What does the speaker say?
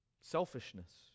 Selfishness